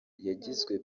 yagizwe